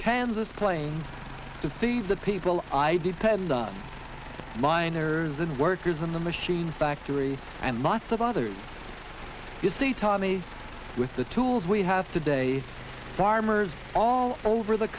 kansas plains to feed the people i depend on miners and workers in the machine factory and lots of others you see taught me with the tools we have today farmers all over the